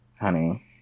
honey